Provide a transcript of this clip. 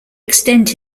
extend